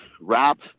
wrap